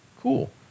cool